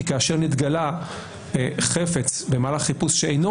שכאשר נתגלה חפץ במהלך חיפוש שאינו